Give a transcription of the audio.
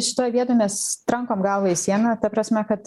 šitoj vietoj mes trankom galvą į sieną ta prasme kad